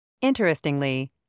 Interestingly